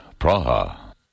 Praha